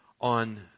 on